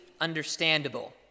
understandable